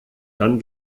dann